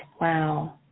Wow